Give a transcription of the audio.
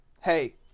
hey